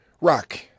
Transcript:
rock